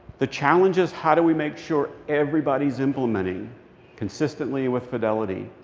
the challenge is, how do we make sure everybody's implementing consistently, with fidelity?